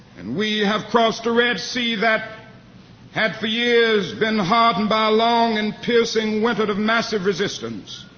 and we have crossed a red sea that had for years been hardened by a long and piercing winter of massive resistance,